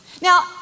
Now